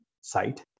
site